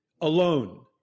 alone